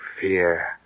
fear